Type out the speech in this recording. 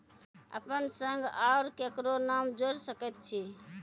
अपन संग आर ककरो नाम जोयर सकैत छी?